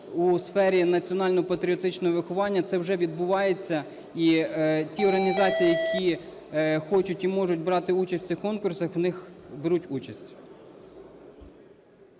у сфері національно-патріотичного виховання. Це вже відбувається. І ті організації, які хочуть і можуть брати участь в цих конкурсах, в них беруть участь.